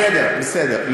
בסדר, בסדר.